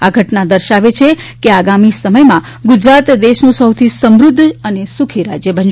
આ ઘટના દર્શાવે છે કે આગામી સમયમાં ગુજરાત દેશનું સહુથી સમૃદ્ધ સુખી રાજ્ય બનશે